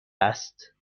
است